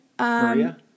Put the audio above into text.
Maria